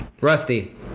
Rusty